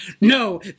no